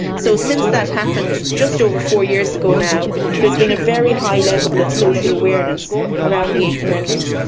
so since that happened just over four years ago now there has been a very high level of social awareness around the eighth amendment,